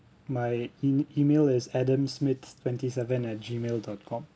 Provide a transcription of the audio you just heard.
my em~ email is adam smith twenty seven at Gmail dot com